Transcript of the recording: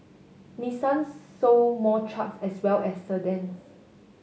Nissan sold more trucks as well as sedans